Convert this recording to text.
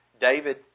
David